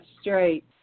straight